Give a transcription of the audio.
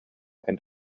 and